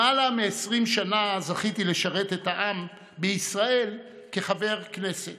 למעלה מ-20 שנה זכיתי לשרת את העם בישראל כחבר הכנסת,